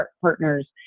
partners